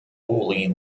woolly